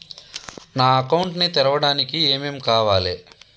నా అకౌంట్ ని తెరవడానికి ఏం ఏం కావాలే?